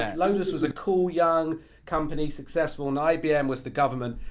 and lotus was a cool, young company, successful and ibm was the government.